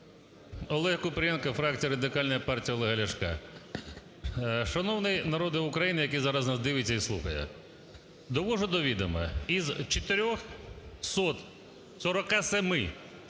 ОлегКупрієнко, фракція Радикальної партії Олега Ляшка. Шановний народе України, який зараз нас дивиться і слухає. Довожу до відома: із 447 статей